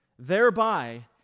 thereby